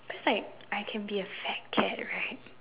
it's like I can be a fat kid right